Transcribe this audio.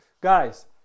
Guys